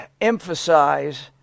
emphasize